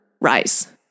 rise